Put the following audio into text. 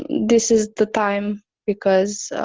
this is the time because,